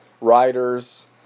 writers